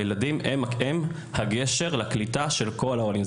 הילדים הם הגשר לקליטה של כל העולים.